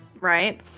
Right